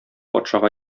патшага